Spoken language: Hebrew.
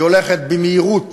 היא הולכת במהירות